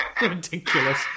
Ridiculous